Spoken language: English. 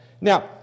Now